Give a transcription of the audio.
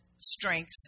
strength